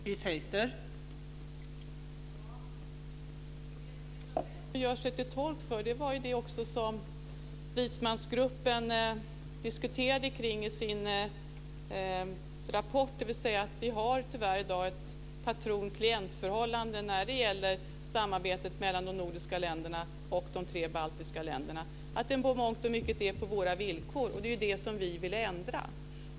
Fru talman! Det Agneta Brendt nu gör sig till tolk för är det som även vismansgruppen diskuterade i sin rapport: Vi har tyvärr i dag ett patron-klientförhållande när det gäller samarbetet mellan de nordiska länderna och de tre baltiska länderna. I mångt och mycket sker det på våra villkor, och det är det som vi vill ändra.